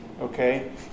Okay